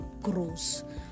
grows